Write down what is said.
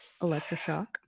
electroshock